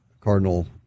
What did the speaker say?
Cardinal